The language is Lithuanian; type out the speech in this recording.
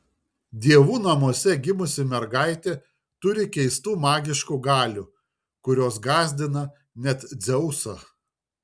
dievų namuose gimusi mergaitė turi keistų magiškų galių kurios gąsdina net dzeusą